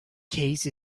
case